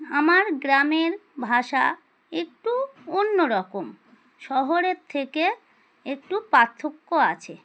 আমার গ্রামের ভাষা একটু অন্য রকম শহরের থেকে একটু পার্থক্য আছে